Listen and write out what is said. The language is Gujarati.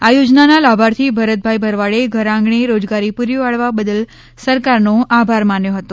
આ યોજનાના લાભાર્થી ભરતભાઈ ભરવાડે ઘરઆંગણે રોજગારી પૂરી પાડવા બદલ સરકારનો આભાર માન્યો હતો